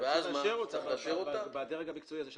אבל צריך לאשר אותה בדרג המקצועי הזה שהצענו.